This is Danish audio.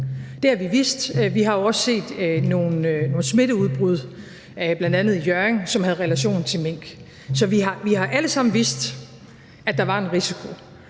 Det har vi vidst. Vi har jo også set nogle smitteudbrud, bl.a. i Hjørring, som havde relation til mink. Så vi har alle sammen vidst, at der var en risiko.